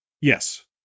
Yes